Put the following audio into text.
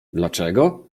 dlaczego